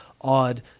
odd